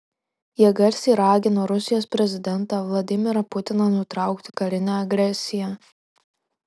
jie garsiai ragino rusijos prezidentą vladimirą putiną nutraukti karinę agresiją